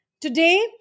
Today